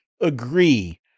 agree